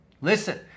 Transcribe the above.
Listen